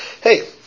hey